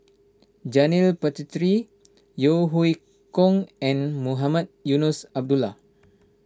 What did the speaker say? Janil Puthucheary Yeo Hoe Koon and Mohamed Eunos Abdullah